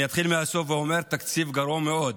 אני אתחיל מהסוף ואומר התקציב גרוע מאוד.